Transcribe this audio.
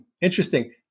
interesting